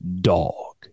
dog